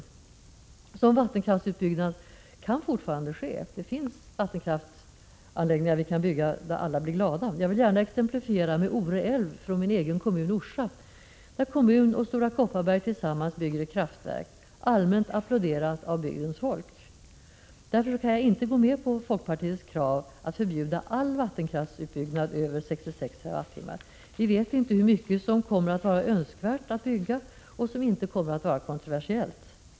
En viss vattenkraftsutbyggnad kan fortfarande ske. Vi kan bygga vattenkraftsanläggningar så att alla blir glada. Jag vill gärna exemplifiera med Ore älv, från min egen kommun Orsa. Där bygger kommunen och Stora Kopparberg tillsammans ett kraftverk, allmänt applåderat av bygdens folk. Därför kan jag inte gå med på folkpartiets krav att förbjuda all vattenkraftsutbyggnad över 66 TWh. Vi vet inte hur mycket som kommer att vara önskvärt att bygga och hur mycket som kommer att vara kontroversiellt.